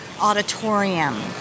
auditorium